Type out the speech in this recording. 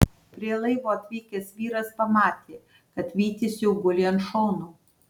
prie laivo atvykęs vyras pamatė kad vytis jau guli ant šono